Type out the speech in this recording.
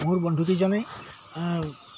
মোৰ বন্ধুকেইজনেই